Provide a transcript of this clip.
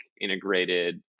integrated